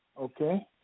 Okay